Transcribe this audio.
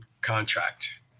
contract